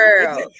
Girl